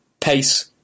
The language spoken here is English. pace